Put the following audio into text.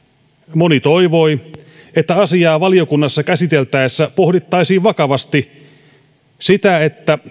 moni toivoi että asiaa valiokunnassa käsiteltäessä pohdittaisiin vakavasti sitä että